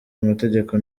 amategeko